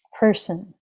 person